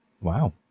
Wow